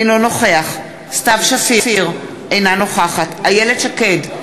אינו נוכח סתיו שפיר, אינה נוכחת איילת שקד,